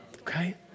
Okay